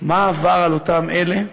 מה עבר על אותם אלה,